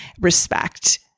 respect